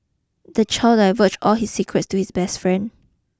the child divulged all his secrets to his best friend